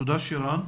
שירה.